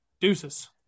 Deuces